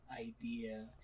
idea